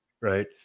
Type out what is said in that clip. Right